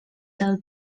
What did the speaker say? del